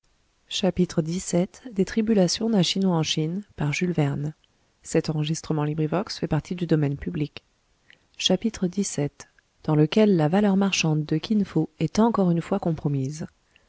recommence a courir de plus belle xvii dans lequel la valeur marchande de kin fo est encore une fois compromise